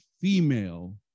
female